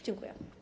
Dziękuję.